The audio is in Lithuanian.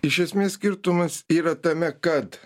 iš esmės skirtumas yra tame kad